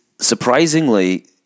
surprisingly